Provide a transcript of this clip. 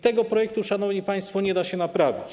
Tego projektu, szanowni państwo, nie da się naprawić.